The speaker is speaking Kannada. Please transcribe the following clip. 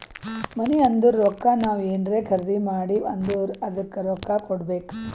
ಮನಿ ಅಂದುರ್ ರೊಕ್ಕಾ ನಾವ್ ಏನ್ರೇ ಖರ್ದಿ ಮಾಡಿವ್ ಅಂದುರ್ ಅದ್ದುಕ ರೊಕ್ಕಾ ಕೊಡ್ಬೇಕ್